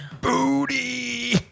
Booty